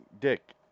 Dick